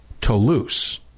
Toulouse